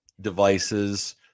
devices